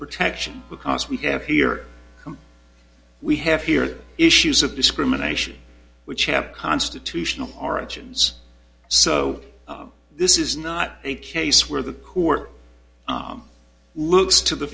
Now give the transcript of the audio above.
protection because we have here we have here issues of discrimination which have constitutional origins so this is not a case where the court looks to the